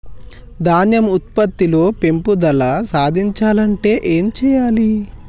ధాన్యం ఉత్పత్తి లో పెంపుదల సాధించాలి అంటే ఏం చెయ్యాలి?